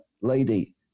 lady